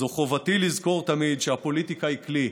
זו חובתי לזכור תמיד שהפוליטיקה היא כלי,